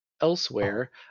elsewhere